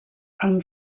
amb